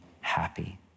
happy